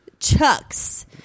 Chucks